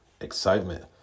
excitement